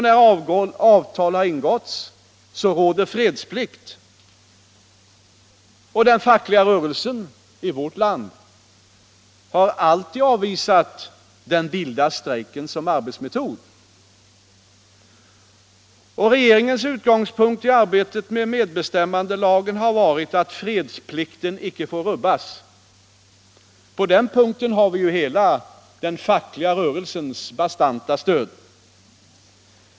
När avtal har ingåtts råder fredsplikt. Den fackliga rörelsen i vårt land har alltid avvisat den vilda strejken som arbetsmetod. Regeringens utgångspunkt vid arbetet med medbestämmandelagen har varit att fredsplikten icke får rubbas. På den punkten har vi hela den fackliga rörelsens bastanta stöd.